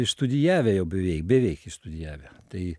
išstudijavę jau beveik beveik išstudijavę tai